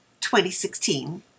2016